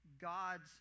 God's